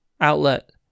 outlet